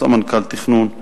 סמנכ"ל תכנון,